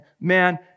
man